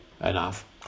enough